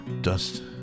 Dust